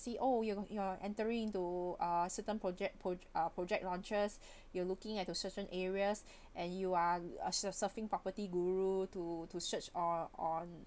see oh you you're entering into uh certain project pro~ ah project launches you're looking at a certain areas and you are sur~ surfing property guru to to search or on